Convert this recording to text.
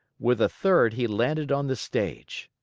with a third, he landed on the stage.